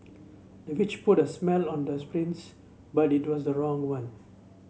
the witch put a smell on the but it was the wrong one